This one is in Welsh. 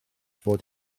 fod